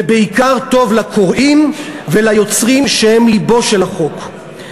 ובעיקר טוב לקוראים וליוצרים שהם לבו של החוק.